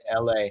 LA